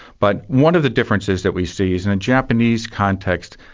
but one of the differences that we see is in a japanese context,